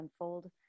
unfold